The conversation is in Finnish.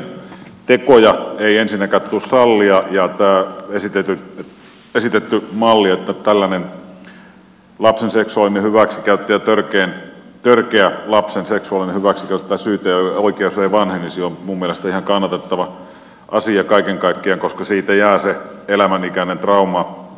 tällaisia tekoja ei ensinnäkään tule sallia ja tämä esitetty malli että tällaisissa lapsen seksuaalisen hyväksikäytön ja lapsen törkeän seksuaalisen hyväksikäytön tapauksissa syyteoikeus ei vanhenisi on minun mielestäni ihan kannatettava asia kaiken kaikkiaan koska teosta jää se elinikäinen